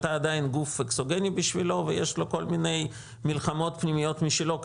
אתה עדיין גוף אקסוגני בשבילו ויש לו כל מיני מלחמות פנימיות משלו כי